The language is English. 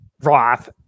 Roth